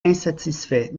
insatisfait